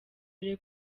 dore